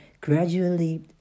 gradually